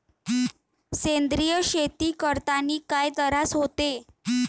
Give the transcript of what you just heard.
सेंद्रिय शेती करतांनी काय तरास होते?